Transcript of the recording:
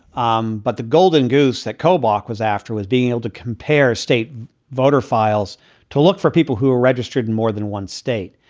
um but the golden goose that koba was after was being able to compare state voter files to look for people who were registered in more than one state,